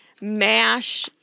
mash